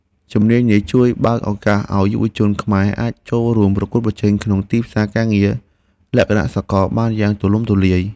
ជំនាញនេះជួយបើកឱកាសឱ្យយុវជនខ្មែរអាចចូលរួមប្រកួតប្រជែងក្នុងទីផ្សារការងារលក្ខណៈសកលលោកបានយ៉ាងទូលំទូលាយ។